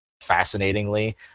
fascinatingly